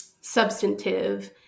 substantive